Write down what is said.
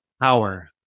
Power